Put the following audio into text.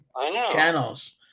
channels